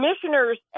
commissioners